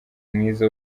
mwiza